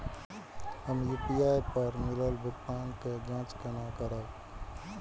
हम यू.पी.आई पर मिलल भुगतान के जाँच केना करब?